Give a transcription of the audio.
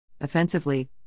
Offensively